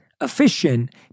efficient